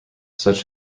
such